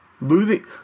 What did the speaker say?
Losing